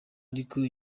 ariko